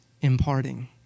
imparting